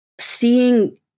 seeing